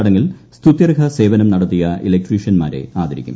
ചടങ്ങിൽ സ്തുത്യർഹ സേവനം നടത്തിയ ഇലക്ട്രീഷ്യന്മാരെ ആദരിക്കും